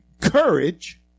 courage